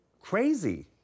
crazy